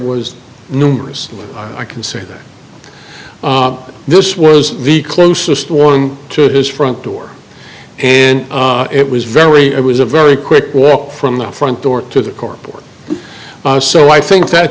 was numerous i can say that this was the closest one to his front door and it was very it was a very quick walk from the front door to the core board so i think that